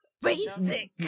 basic